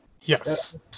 Yes